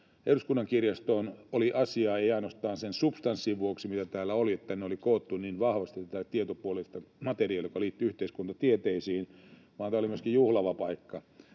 Eduskunnan kirjastoon oli asiaa, ei ainoastaan sen substanssin vuoksi, mitä täällä oli — että tänne oli koottu niin vahvasti tätä tietopuoleista materiaalia, joka liittyi yhteiskuntatieteisiin — vaan tämä oli myöskin juhlava paikka